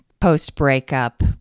post-breakup